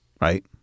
Right